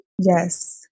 Yes